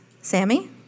Sammy